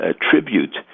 tribute